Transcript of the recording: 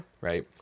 Right